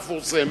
המפורסמת.